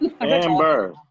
Amber